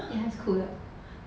ya is 苦的